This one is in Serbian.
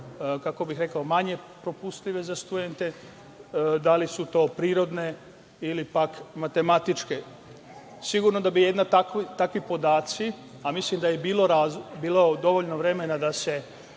znanosti manje propustljive za studente, da li su to prirodne ili, pak, matematičke? Sigurno je da bi takvi podaci, a mislim da je bilo dovoljno vremena da se